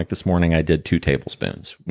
this morning, i did two tablespoons.